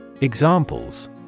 Examples